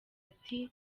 ati